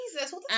Jesus